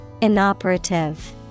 Inoperative